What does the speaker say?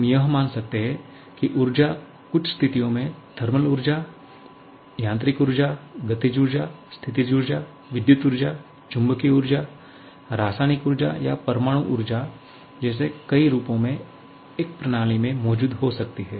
हम यह मान सकते हैं कि ऊर्जा कुछ स्थितियों में थर्मल ऊर्जा यांत्रिक ऊर्जा गतिज ऊर्जा स्थितिज ऊर्जा विद्युत ऊर्जा चुंबकीय ऊर्जा रासायनिक ऊर्जा या परमाणु ऊर्जा जैसे कई रूपों में एक प्रणाली में मौजूद हो सकती है